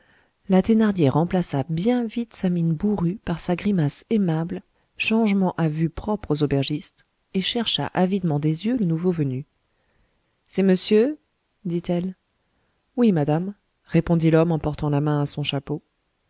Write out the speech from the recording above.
la thénardier remplaça bien vite sa mine bourrue par sa grimace aimable changement à vue propre aux aubergistes et chercha avidement des yeux le nouveau venu c'est monsieur dit-elle oui madame répondit l'homme en portant la main à son chapeau